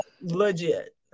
legit